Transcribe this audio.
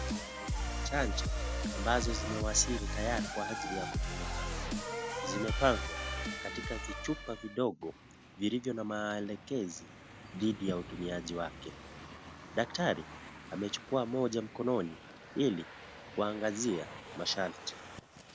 Chanjo, ambazo zimewasili tayari kwa anjili ya kutumika, zimepangwa katika vichupa vidogo, vilivyo na maelekezi dhidi ya utumiaji wake, daktari amechukua moja mkononi ili kuangazia masharti.